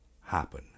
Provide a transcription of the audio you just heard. happen